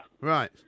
Right